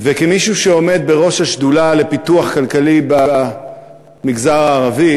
כמישהו שעומד בראש השדולה לפיתוח כלכלי במגזר הערבי